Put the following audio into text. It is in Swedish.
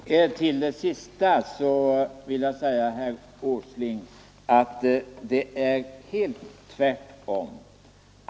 Herr talman! Beträffande herr Åslings senaste påstående vill jag säga att det förhåller sig precis tvärtom.